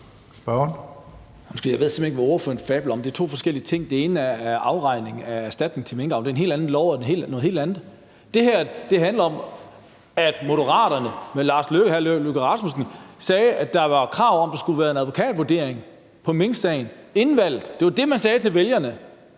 simpelt hen ikke, hvad ordføreren fabler om. Det er to forskellige ting. Det ene er afregning af erstatning til minkavlere, og det er en helt anden lov og noget helt andet. Det her handler om, at Moderaterne med hr. Lars Løkke Rasmussen i spidsen sagde, at der var krav om, at der skulle være en advokatvurdering på minksagen, og det var inden valget. Det var det, man sagde til vælgerne.